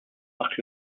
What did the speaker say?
marque